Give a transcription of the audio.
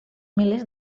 milers